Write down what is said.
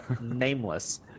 nameless